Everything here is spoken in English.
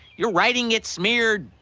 your writing gets smeared.